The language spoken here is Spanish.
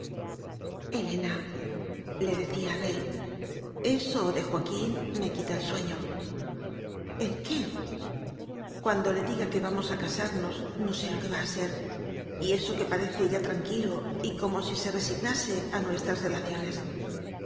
o helenale decía abel eso de joa quín me quita el sueño el qué cuando le diga que vamos a casarnos no sé lo que va a ser y eso que parece ya tranquilo y como si se resignase a nuestras relaciones